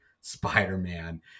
Spider-Man